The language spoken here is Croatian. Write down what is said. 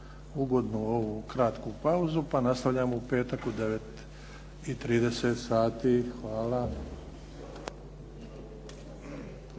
ugodnu ovu kratku pauzu pa nastavljamo u petak u 9,30 sati. Hvala.